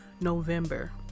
November